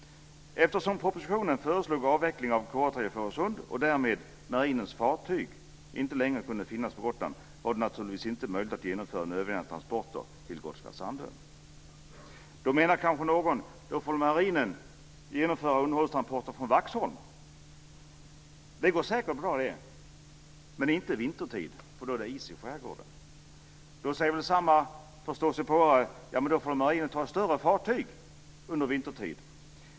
Eftersom det i propositionen föreslogs avveckling av KA 3 i Fårösund och därmed att marinens fartyg inte längre skulle finnas på Gotland var det naturligtvis inte möjligt att genomföra nödvändiga transporter till Gotska Sandön. Då menar kanske någon att då får väl marinen genomföra underhållstransporter från Vaxholm. Det går säkert bra men inte vintertid då det finns is i skärgården. Då säger väl samma förståsigpåare att då får väl marinen ta större fartyg under vintertid.